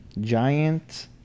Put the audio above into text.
giant